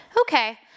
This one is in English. Okay